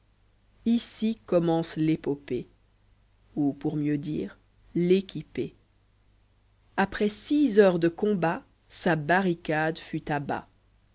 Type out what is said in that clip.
ici commence l'épopée ou pour mieux dire l'équipée après six heures de combat sa barricade fut à bas